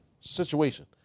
situation